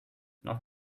not